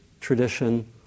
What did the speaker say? tradition